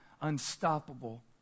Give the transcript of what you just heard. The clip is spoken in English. unstoppable